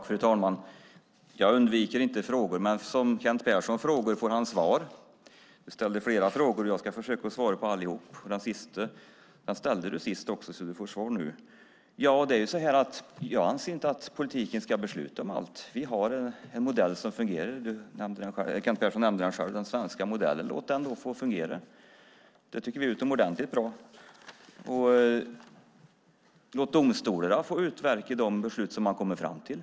Fru talman! Jag undviker inte frågor, men som Kent Persson frågar får han svar. Han ställde flera frågor, och jag ska försöka svara på alla. Den han ställde sist ska han få svar på nu. Jag anser inte att politiken ska besluta om allt. Vi har en modell som fungerar. Kent Persson nämnde den själv: den svenska modellen. Låt den få fungera! Vi tycker att det är utomordentligt bra. Låt domstolarna utverka de beslut som de kommer fram till!